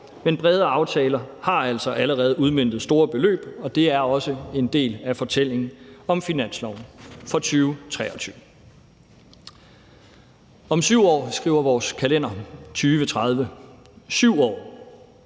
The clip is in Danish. men brede aftaler har altså allerede udmøntet store beløb, og det er også en del af fortællingen om finansloven for 2023. Om 7 år skriver vores kalender 2030 – om 7 år.